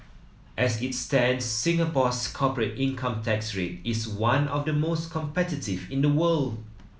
as it stands Singapore's corporate income tax rate is one of the most competitive in the world